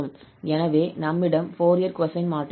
எனவே நம்மிடம் Fourier cosine மாற்றம் உள்ளது